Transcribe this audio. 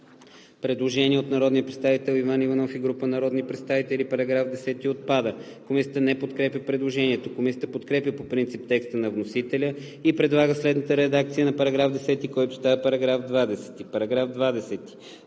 предложение на народния представител Иван Иванов и група народни представители: „Параграф 10 – отпада.“ Комисията не подкрепя предложението. Комисията подкрепя по принцип текста на вносителя и предлага следната редакция на § 10, който става § 20: „§ 20.